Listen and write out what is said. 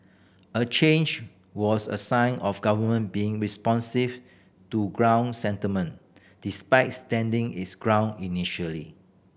a change was a sign of government being responsive to ground sentiment despite standing its ground initially